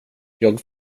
jag